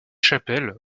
chapelles